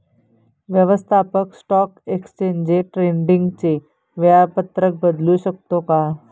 व्यवस्थापक stock exchange ट्रेडिंगचे वेळापत्रक बदलू शकतो का?